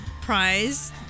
prize